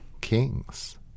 kings